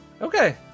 Okay